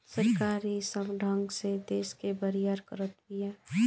सरकार ई सब ढंग से देस के बरियार करत बिया